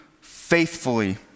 faithfully